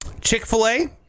chick-fil-a